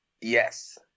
Yes